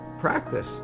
Practice